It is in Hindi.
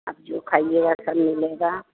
आप जो खाइयेगा सब मिलेगा